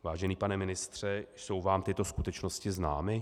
Vážený pane ministře, jsou vám tyto skutečnosti známy?